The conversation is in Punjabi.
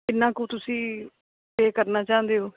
ਕਿੰਨਾ ਕੁ ਤੁਸੀਂ ਪੇ ਕਰਨਾ ਚਾਹੁੰਦੇ ਹੋ